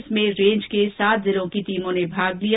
इसमें रेंज के सातों जिलों की टीमों ने भाग लिया